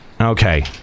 Okay